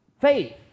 faith